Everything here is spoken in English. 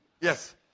Yes